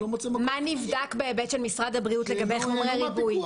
מה נבדק בהיבט של משרד הבריאות לגבי חומרי ריבוי?